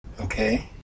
Okay